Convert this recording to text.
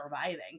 surviving